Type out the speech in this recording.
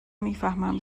میفهمم